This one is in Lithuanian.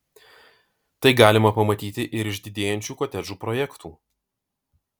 tai galima pamatyti ir iš didėjančių kotedžų projektų